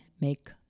make